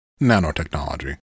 Nanotechnology